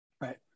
right